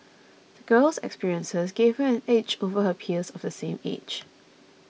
the girl's experiences gave her an edge over her peers of the same age